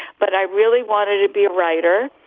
but i really wanted to be a writer.